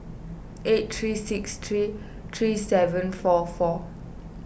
eight three six three three seven four four